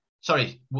sorry